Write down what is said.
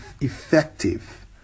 effective